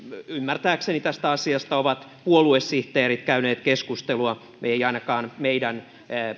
ymmärtääkseni tästä asiasta ovat puoluesihteerit käyneet keskustelua ei ainakaan meidän